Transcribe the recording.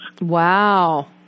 Wow